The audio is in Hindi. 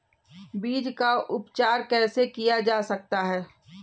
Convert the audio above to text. बीज का उपचार कैसे किया जा सकता है?